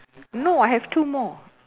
no I have two more